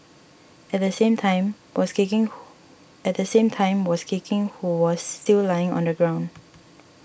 at the same time was kicking who at the same time was kicking who was still lying on the ground